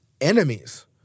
enemies